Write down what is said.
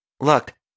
Look